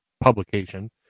publication